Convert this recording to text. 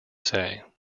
say